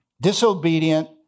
Disobedient